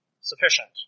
sufficient